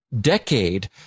decade